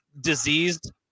diseased